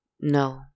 No